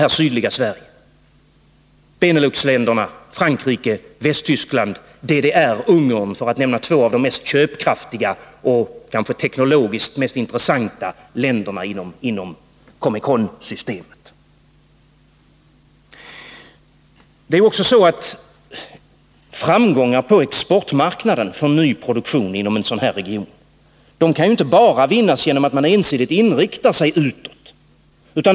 Sådana handelspartner är Beneluxländerna, Frankrike och Västtyskland samt DDR och Ungern, för att nämna två av de mest köpstarka och teknologiskt mest intressanta länderna inom Comeconsystemet. Framgångar på exportmarknaden för ny produktion inom en sådan här region kan inte bara vinnas genom att man ensidigt riktar sig utåt.